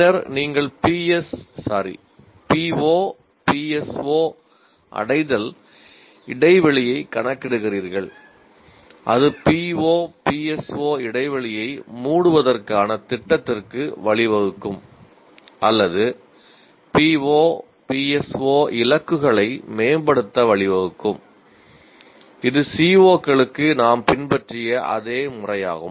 பின்னர் நீங்கள் PO PSO அடைதல் இடைவெளியைக் கணக்கிடுகிறீர்கள் அது PO PSO இடைவெளியை மூடுவதற்கான திட்டத்திற்கு வழிவகுக்கும் அல்லது PO PSO இலக்குகளை மேம்படுத்த வழிவகுக்கும் இது CO களுக்கு நாம் பின்பற்றிய அதே முறையாகும்